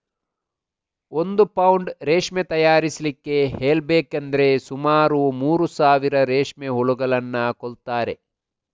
ಒಂದು ಪೌಂಡ್ ರೇಷ್ಮೆ ತಯಾರಿಸ್ಲಿಕ್ಕೆ ಹೇಳ್ಬೇಕಂದ್ರೆ ಸುಮಾರು ಮೂರು ಸಾವಿರ ರೇಷ್ಮೆ ಹುಳುಗಳನ್ನ ಕೊಲ್ತಾರೆ